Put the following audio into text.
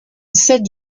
cède